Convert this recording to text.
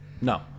No